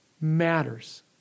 matters